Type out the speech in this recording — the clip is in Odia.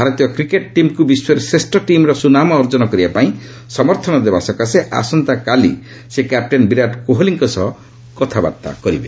ଭାରତୀୟ କ୍ରିକେଟ୍ ଟିମ୍କୁ ବିଶ୍ୱରେ ଶ୍ରେଷ୍ଠ ଟିମ୍ର ସୁନାମ ଅର୍ଜନ କରିବା ପାଇଁ ସମର୍ଥନ ଦେବା ସକାଶେ ଆସନ୍ତାକାଲି ସେ କ୍ୟାପଟେନ୍ ବିରାଟ୍ କୋହଲିଙ୍କ ସହ କଥାବାର୍ତ୍ତା କରିବେ